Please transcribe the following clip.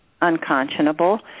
unconscionable